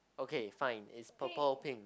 okay fine is purple pink